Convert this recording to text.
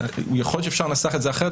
יכול להיות שאפשר לנסח את זה אחרת,